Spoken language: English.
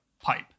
pipe